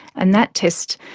and that test,